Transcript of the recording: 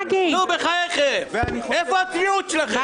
נו, בחייכם, איפה הצביעות שלכם?